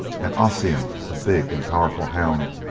and ossian, a big and powerful hound,